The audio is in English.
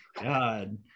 god